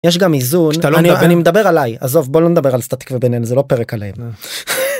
יש גם איזון אני מדבר עליי עזוב בוא לא נדבר על סטטיק ובן-אל זה לא פרק עליהם.